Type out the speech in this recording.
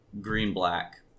green-black